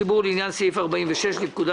הישיבה ננעלה בשעה 10:45.